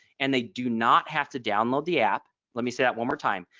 and they do not have to download the app. let me say that one more time.